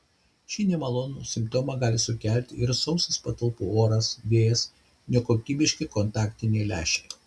šį nemalonų simptomą gali sukelti ir sausas patalpų oras vėjas nekokybiški kontaktiniai lęšiai